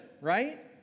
right